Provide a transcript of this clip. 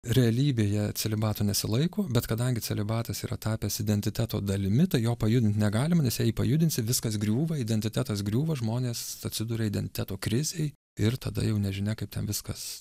realybėje celibato nesilaiko bet kadangi celibatas yra tapęs identiteto dalimi tai jo pajudint negalima nes jei jį pajudinsi viskas griūva identitetas griūva žmonės atsiduria identiteto krizėj ir tada jau nežinia kaip viskas